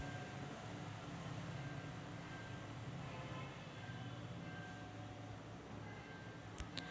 जास्त वेळेसाठी पैसा गुंतवाचा असनं त त्याच्यासाठी काही अटी हाय?